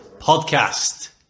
podcast